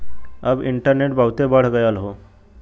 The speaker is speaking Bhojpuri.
अब इन्टरनेट बहुते बढ़ गयल हौ